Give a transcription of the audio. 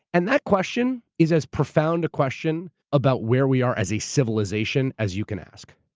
and that question is as profound a question about where we are as a civilization as you can ask.